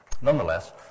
Nonetheless